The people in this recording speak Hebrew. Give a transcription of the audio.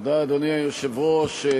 אדוני היושב-ראש,